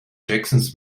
jacksons